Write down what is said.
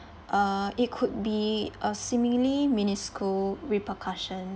uh it could be a seemingly miniscule repercussion